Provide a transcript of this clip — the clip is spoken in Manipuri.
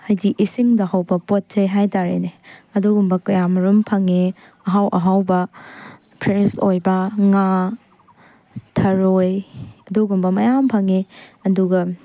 ꯍꯥꯏꯗꯤ ꯏꯁꯤꯡꯗ ꯍꯧꯕ ꯄꯣꯠ ꯆꯩ ꯍꯥꯏꯇꯥꯔꯦꯅꯦ ꯑꯗꯨꯒꯨꯝꯕ ꯀꯌꯥ ꯃꯔꯨꯝ ꯐꯪꯉꯦ ꯑꯍꯥꯎ ꯑꯍꯥꯎꯕ ꯐ꯭ꯔꯦꯁ ꯑꯣꯏꯕ ꯉꯥ ꯊꯔꯣꯏ ꯑꯗꯨꯒꯨꯝꯕ ꯃꯌꯥꯝ ꯐꯪꯉꯦ ꯑꯗꯨꯒ